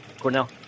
Cornell